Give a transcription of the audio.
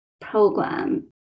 program